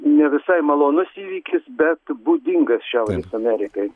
ne visai malonus įvykis bet būdingas šiaurės amerikai